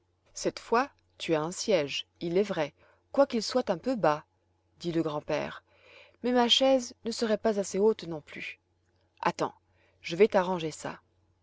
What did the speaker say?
cette fois tu as un siège il est vrai quoiqu'il soit un peu bas dit le grand-père mais ma chaise ne serait pas assez haute non plus attends je vais t'arranger ça